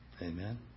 Amen